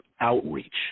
outreach